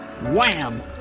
Wham